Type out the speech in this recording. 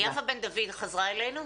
יפה בן דוד חזרה אלינו?